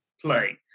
play